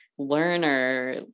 learner